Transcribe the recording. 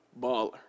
baller